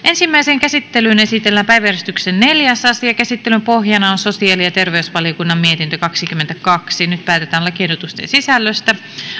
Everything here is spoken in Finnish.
ensimmäiseen käsittelyyn esitellään päiväjärjestyksen neljäs asia käsittelyn pohjana on sosiaali ja terveysvaliokunnan mietintö kaksikymmentäkaksi nyt päätetään lakiehdotusten sisällöstä